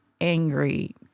angry